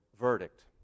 verdict